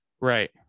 Right